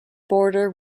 border